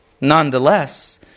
nonetheless